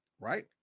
right